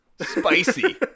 Spicy